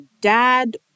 dad